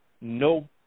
no